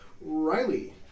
Riley